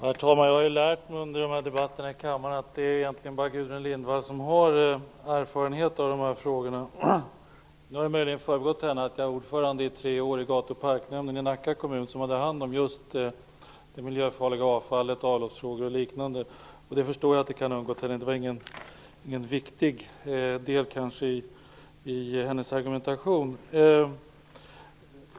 Herr talman! Jag har lärt mig under de här debatterna i kammaren att det egentligen bara är Gudrun Lindvall som har erfarenhet av de här frågorna. Möjligen har det undgått henne att jag i tre år var ordförande i gatu och parknämnden i Nacka kommun, som hade hand om just det miljöfarliga avfallet, avloppsfrågor och liknande. Jag förstår att den informationen kan ha undgått henne. Det hon sade om mig var kanske inte heller någon viktig del i hennes argumentation.